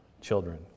children